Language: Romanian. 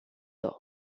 două